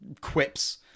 quips